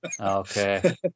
Okay